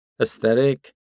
aesthetic